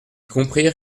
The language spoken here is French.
comprirent